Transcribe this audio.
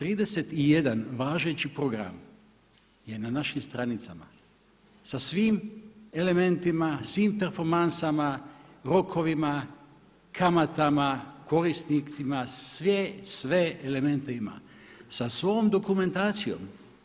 31 važeći program je na našim stranicama sa svim elementima, svim perfomansama, rokovima, kamatama, korisnicima, sve, sve elemente ima sa svom dokumentacijom.